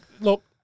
Look